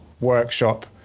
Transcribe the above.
workshop